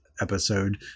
episode